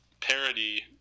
parody